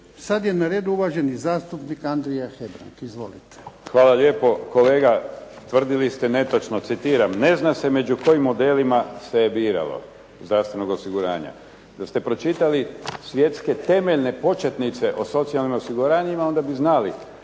Sad je na redu uvaženi zastupnik Andrija Hebrang. Izvolite. **Hebrang, Andrija (HDZ)** Hvala lijepo. Kolega, tvrdili ste netočno. Citiram, "Ne zna se među kojim modelima se biralo zdravstvenog osiguranja.". Da ste pročitali svjetske temeljne početnice o socijalnim osiguranjima onda bi znali